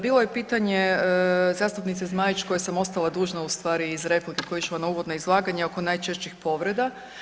Bilo je pitanje zastupnice Zmajić koje sam ostala dužna u stvari iz replike koje je išlo na uvodno izlaganje oko najčešćih povreda.